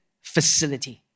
Facility